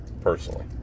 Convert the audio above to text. personally